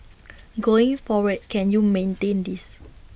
going forward can you maintain this